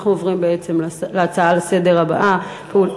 אנחנו עוברים בעצם להצעה הבאה לסדר-היום.